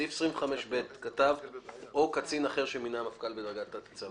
בסעיף 25ב "או קצין אחר שמינה המפכ"ל בדרגת תת-ניצב".